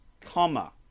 comma